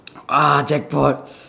ah jackpot